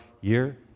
year